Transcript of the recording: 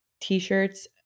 t-shirts